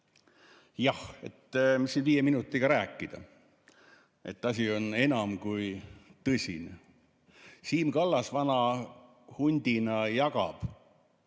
Jah. Mis siin viie minutiga rääkida? Asi on enam kui tõsine. Siim Kallas vana hundina jagab